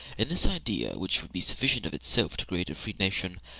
and this idea, which would be sufficient of itself to create a free nation,